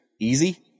Easy